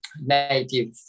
native